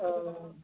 औ